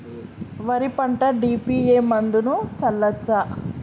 వరి పంట డి.ఎ.పి మందును చల్లచ్చా?